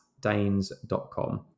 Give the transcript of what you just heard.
danes.com